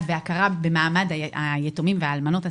והכרה במעמד היתומים והאלמנות הצעירים,